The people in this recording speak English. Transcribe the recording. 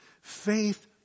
Faith